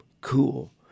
cool